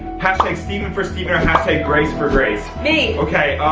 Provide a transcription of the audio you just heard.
hashtag stephen for stephen or hashtag grace for grace. me! okay,